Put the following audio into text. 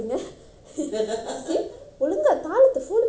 ஒழுங்கா தாளத்தை:olunga thaalathai follow பண்ணு:pannu misty beats விட்டுடீங்கvittutiinga